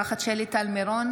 אינה נוכחת שלי טל מירון,